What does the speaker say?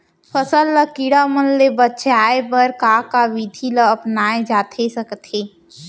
फसल ल कीड़ा मन ले बचाये बर का का विधि ल अपनाये जाथे सकथे?